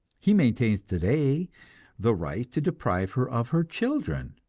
he maintains today the right to deprive her of her children,